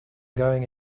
going